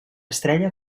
estrella